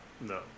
no